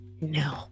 No